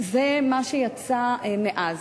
זה מה שיצא מאז.